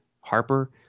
Harper